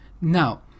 Now